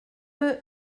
run